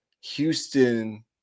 Houston